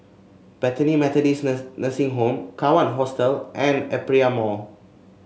Bethany Methodist Nursing Home Kawan Hostel and Aperia Mall